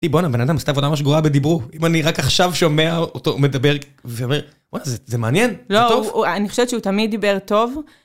בוא'נה, בן אדם עשית עבודה ממש גרועה בדיבור, אם אני רק עכשיו שומע אותו מדבר, ואומר, וואי, זה מעניין, זה טוב? לא, אני חושבת שהוא תמיד דיבר טוב.